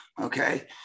Okay